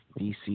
DC